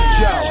yo